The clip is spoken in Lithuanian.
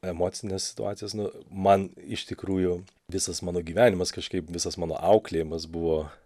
emocinės situacijos nu man iš tikrųjų visas mano gyvenimas kažkaip visas mano auklėjimas buvo